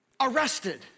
arrested